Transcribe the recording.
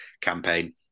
campaign